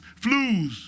flus